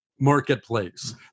marketplace